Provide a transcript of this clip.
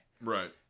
Right